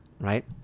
right